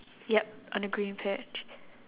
yup on the green patch